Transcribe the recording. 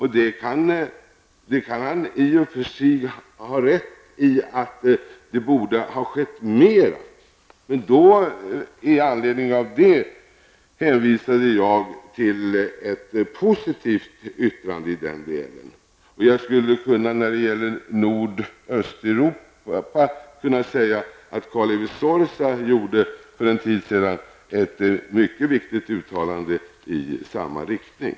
Han kan i och för sig ha rätt i att det borde ha skett mera, men med anledning härav hänvisade jag till ett positivt yttrande i den delen. Jag kan när det gäller Nordösteuropa påpeka att Kalevi Sorsa för en tid sedan gjorde ett mycket viktigt uttalande i samma riktning.